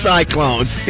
Cyclones